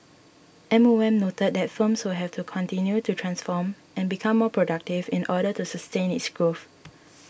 M O M noted that firms will have to continue to transform and become more productive in order to sustain this growth